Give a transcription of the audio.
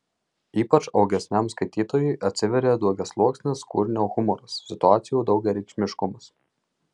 ypač augesniam skaitytojui atsiveria daugiasluoksnis kūrinio humoras situacijų daugiareikšmiškumas